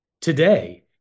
today